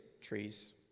trees